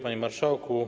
Panie Marszałku!